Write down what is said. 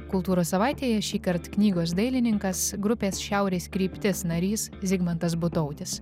kultūros savaitėje šįkart knygos dailininkas grupės šiaurės kryptis narys zigmantas butautis